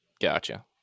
Gotcha